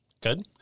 Good